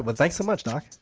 but thanks so much, doc.